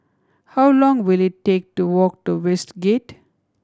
how long will it take to walk to Westgate